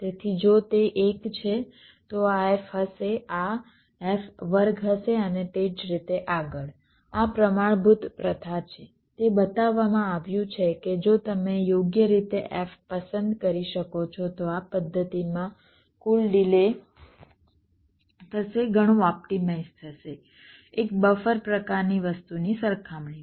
તેથી જો તે 1 છે તો આ f હશે આ f વર્ગ હશે અને તે જ રીતે આગળ આ પ્રમાણભૂત પ્રથા છે તે બતાવવામાં આવ્યું છે કે જો તમે યોગ્ય રીતે f પસંદ કરી શકો તો આ પદ્ધતિમાં કુલ ડિલે થશે ઘણું ઓપ્ટિમાઇઝ્ડ થશે એક બફર પ્રકારની વસ્તુની સરખામણીમાં